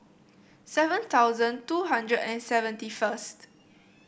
seven thousand two hundred and seventy first